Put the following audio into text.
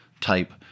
type